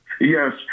Yes